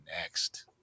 next